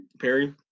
Perry